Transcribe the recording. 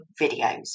videos